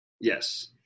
Yes